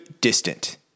distant